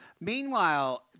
Meanwhile